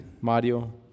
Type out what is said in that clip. Mario